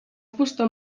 fusta